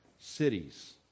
cities